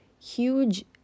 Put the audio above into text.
huge